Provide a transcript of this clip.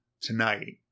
tonight